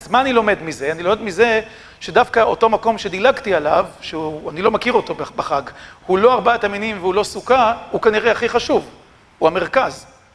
אז מה אני לומד מזה? אני לומד מזה, שדווקא אותו מקום שדילגתי עליו, שאני לא מכיר אותו בחג, הוא לא ארבעת המינים והוא לא סוכה, הוא כנראה הכי חשוב, הוא המרכז.